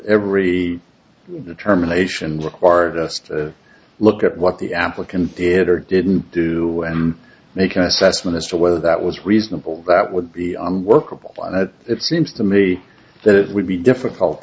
every the terminations required us to look at what the applicant it or didn't do make an assessment as to whether that was reasonable that would be unworkable it seems to me that it would be difficult